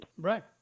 Right